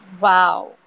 Wow